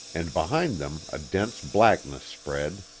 and behind them a dense blackness spread.